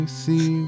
see